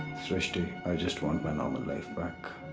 shristi, i just want my normal life back.